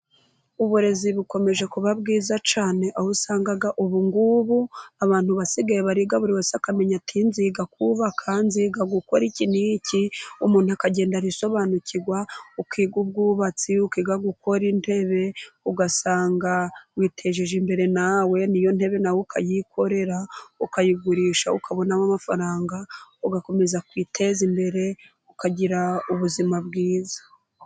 Uburezi bukomeje kuba bwiza cyane, aho usanga ubu ngubu abantu basigaye bariga, buri wese akamenya ati nziga kubaka, nzinga gukora iki n'iki, umuntu akagenda arisobanukirwa. Ukiga ubwubatsi, ukiga gukora intebe, ugasanga witejeje imbere nawe, n'iyo ntebe nawe ukayikorera, ukayigurisha, ukabonamo amafaranga, ugakomeza kwiteza imbere, ukagira ubuzima bwiza.